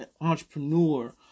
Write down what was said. entrepreneur